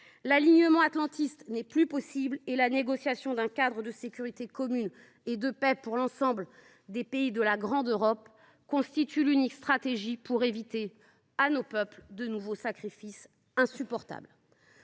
L’alignement atlantiste n’est plus possible et la négociation d’un cadre de sécurité commune et de paix pour l’ensemble des pays de la grande Europe constitue l’unique stratégie pour éviter à nos peuples de nouveaux sacrifices insupportables.